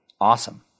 Awesome